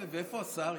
ואיפה השר?